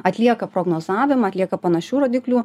atlieka prognozavimą atlieka panašių rodiklių